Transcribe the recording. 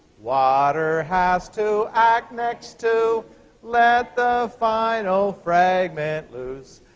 water has to act next to let the final fragment lose.